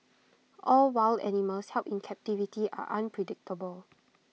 all wild animals held in captivity are unpredictable